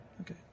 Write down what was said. okay